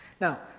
Now